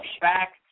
back